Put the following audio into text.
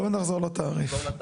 בוא נחזור לתעריף.